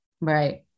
Right